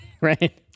Right